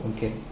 Okay